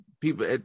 people